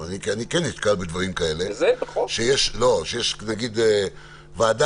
אני כן נתקל בדברים כאלה שיש נגיד ועדה,